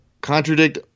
contradict –